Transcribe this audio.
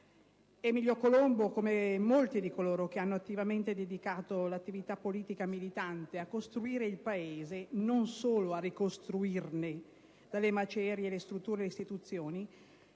Emilio Colombo, come molti di coloro che hanno attivamente dedicato l'attività politica militante a costruire il Paese, non solo a ricostruirne dalle macerie le strutture e le istituzioni,